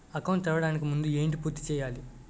Account తెరవడానికి ముందు ఏంటి పూర్తి చేయాలి?